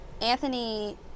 Anthony